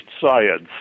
science